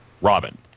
Robin